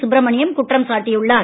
சுப்ரமணியன் குற்றம் சாட்டியுள்ளார்